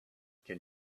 can